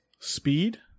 Speed